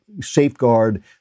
safeguard